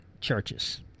churches